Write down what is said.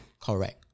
correct